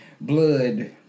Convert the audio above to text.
blood